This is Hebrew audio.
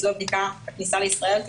בדיקה 72 שעות לפני מעבר